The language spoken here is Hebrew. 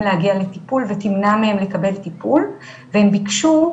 להגיע לטיפול ותמנע מהם לקבל טיפול והם ביקשו,